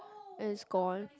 and it's gone